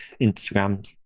Instagrams